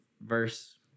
verse